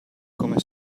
come